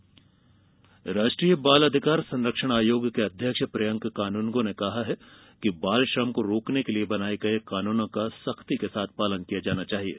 बालश्रम राष्ट्रीय बाल अधिकार संरक्षण आयोग के अध्यक्ष प्रियंक कानूनगो ने कहा है कि बालश्रम को रोकने के लिए बनाये गये कानूनो का सख्ती से पालन किया जाना चाहिये